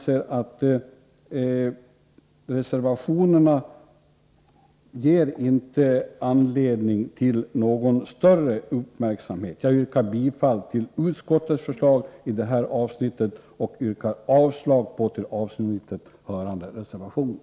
Det finns, anser jag, inte anledning att ägna reservationerna någon större uppmärksamhet. Jag yrkar bifall till utskottets förslag i det här avsnittet och avslag på till avsnittet hörande reservationer.